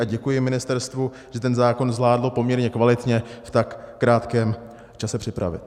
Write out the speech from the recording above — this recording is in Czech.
A děkuji ministerstvu, že ten zákon zvládlo poměrně kvalitně v tak krátkém čase připravit.